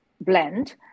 blend